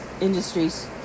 industries